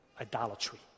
idolatry